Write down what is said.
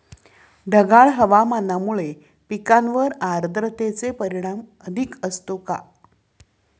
ढगाळ हवामानामुळे पिकांवर आर्द्रतेचे परिणाम अधिक असतो का?